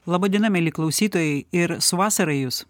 laba diena mieli klausytojai ir su vasara jus